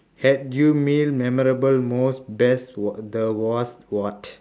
had you meal memorable most best wa~ the was what